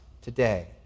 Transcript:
today